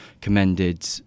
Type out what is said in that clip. commended